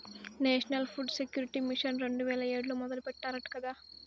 national food security mission రెండు వేల ఏడులో మొదలెట్టారట కదా